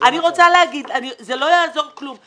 אני רוצה לומר שלא יעזור כלום,